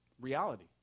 reality